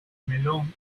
melón